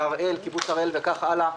בקיבוץ הראל וכך הלאה.